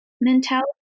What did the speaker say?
mentality